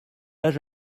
âge